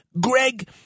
Greg